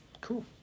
Cool